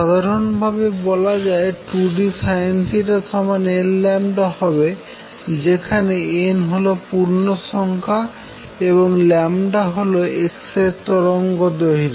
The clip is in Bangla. সাধারন ভাবে বলা যায় 2dSinθ n হবে যেখানে n হল পূর্ণ সংখ্যা এবং হল x রে এর তরঙ্গ দৈর্ঘ্য